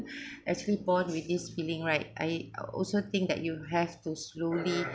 as we born with this feeling right I also think that you'd have to slowly